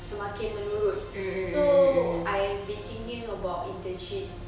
semakin menurun so I've been thinking about internship